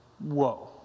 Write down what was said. Whoa